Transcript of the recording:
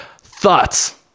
thoughts